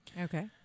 Okay